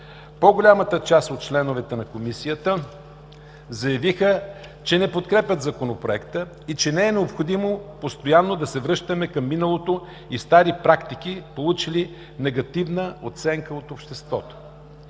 По-голямата част от членовете на комисията, заявиха че не подкрепят Законопроекта и че не е необходимо постоянно да се връщаме към миналото и стари практики, получили негативна оценка от обществото.